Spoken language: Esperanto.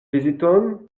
viziton